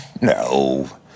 No